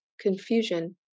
confusion